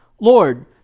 Lord